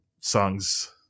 songs